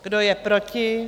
Kdo je proti?